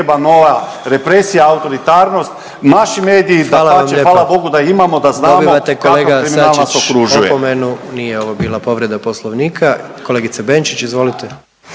hvala vam lijepa